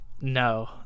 no